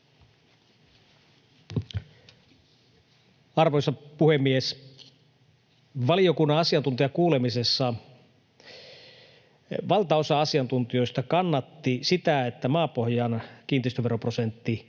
Arvoisa puhemies! Valiokunnan asiantuntijakuulemisessa valtaosa asiantuntijoista kannatti sitä, että maapohjan kiinteistöveroprosentti